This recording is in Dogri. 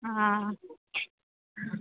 आं